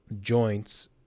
joints